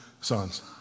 sons